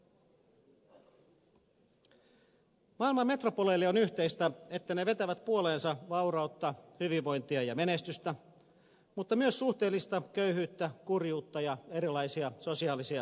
maailman metropoleille on yhteistä että ne vetävät puoleensa vaurautta hyvinvointia ja menestystä mutta myös suhteellista köyhyyttä kurjuutta ja erilaisia sosiaalisia ongelmia